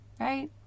right